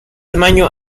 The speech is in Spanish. tamaño